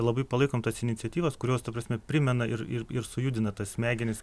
labai palaikom tas iniciatyvas kurios ta prasme primena ir ir ir sujudina tas smegenis